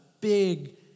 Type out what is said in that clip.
big